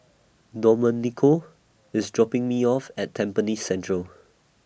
Domenico IS dropping Me off At Tampines Central